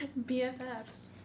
BFFs